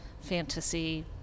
fantasy